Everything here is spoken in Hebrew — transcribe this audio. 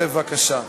בבקשה.